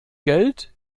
geld